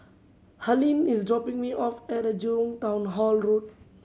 Harlene is dropping me off at the Jurong Town Hall Road